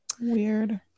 weird